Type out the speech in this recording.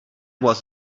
was